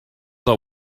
are